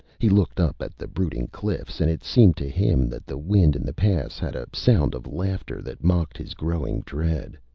he looked up at the brooding cliffs, and it seemed to him that the wind in the pass had a sound of laughter that mocked his growing dread.